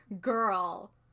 girl